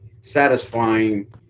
satisfying